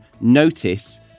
notice